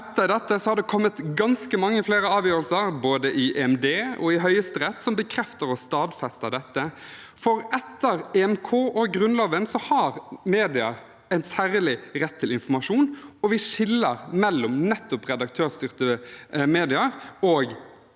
Etter dette har det kommet ganske mange flere avgjørelser, både i EMD og i Høyesterett, som bekrefter og stadfester dette, for etter EMK og Grunnloven har medier en særlig rett til informasjon, og vi skiller mellom nettopp redaktørstyrte medier og